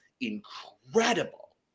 incredible